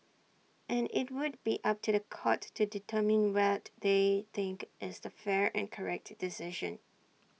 and IT would be up to The Court to determine what they think is the fair and correct decision